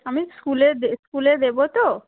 আমি স্কুলে দে স্কুলে দেবো তো